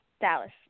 Dallas